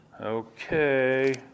Okay